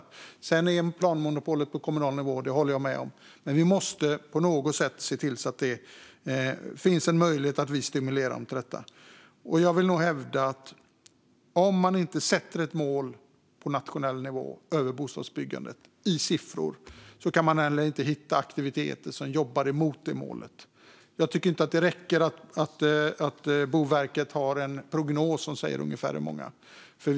Jag håller med om att planmonopolet ska ligga på kommunal nivå, men vi måste på något sätt stimulera kommunerna. Om man inte på nationell nivå sätter ett mål i siffror för bostadsbyggandet kan man heller inte ha aktiviteter som jobbar mot detta mål. Jag tycker inte att det räcker att Boverket har en ungefärlig prognos för bostadsbyggandet.